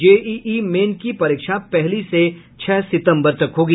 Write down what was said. JEE Main की परीक्षा पहली से छह सितम्बर तक होगी